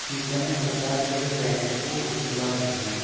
कितने प्रकार के शैंपू उपलब्ध हैं